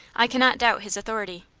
i cannot doubt his authority.